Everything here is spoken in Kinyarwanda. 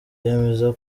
yemeza